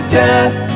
death